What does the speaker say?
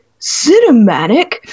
cinematic